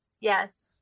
yes